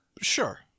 Sure